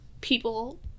people